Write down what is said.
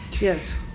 Yes